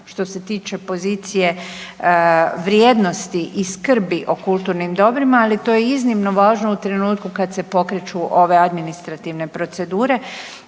što se tiče pozicije vrijednosti i skrbi o kulturnim dobrima, ali to je iznimno važno u trenutku kad se pokreću ove administrativne procedure.